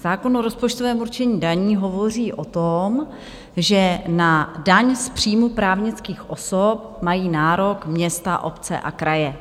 Zákon o rozpočtovém určení daní hovoří o tom, že na daň z příjmu právnických osob mají nárok města, obce a kraje.